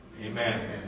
Amen